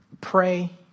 Pray